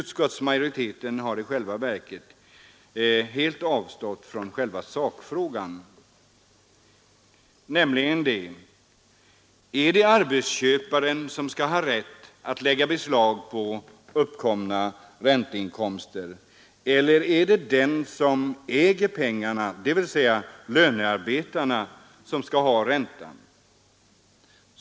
Utskottsmajoriteten har i själva verket helt avstått från att ta ställning i sakfrågan: Är det arbetsköparen som skall ha rätt att lägga beslag på uppkomna ränteinkomster, eller är det den som äger pengarna — dvs. lönearbetaren — som skall ha räntan?